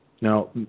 Now